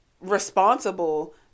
responsible